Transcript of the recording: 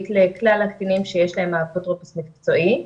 לכלל הקטינים שיש להם אפוטרופוס מקצועי.